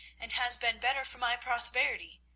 and has been better for my prosperity,